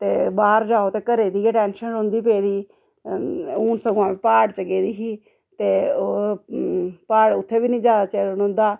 ते बाह्र जाओ ते घरै दी गै टैंशन रौंह्दी पेदी हून समा प्हाड़ा च गेदी ही ते ओह् प्हाड़ उत्थें बी नी ज्यादा चिर रौंह्दा